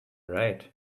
right